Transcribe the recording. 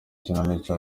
ikinamico